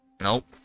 Nope